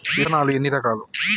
విత్తనాలు ఎన్ని రకాలు?